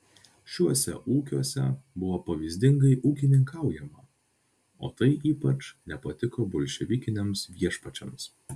šiuose ūkiuose buvo pavyzdingai ūkininkaujama o tai ypač nepatiko bolševikiniams viešpačiams